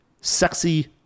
sexy